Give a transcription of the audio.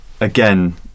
again